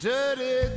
Dirty